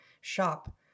shop